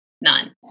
none